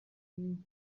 munsi